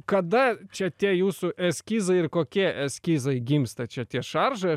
kada čia tie jūsų eskizai ir kokie eskizai gimsta čia tie šaržai